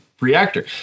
reactor